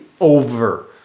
over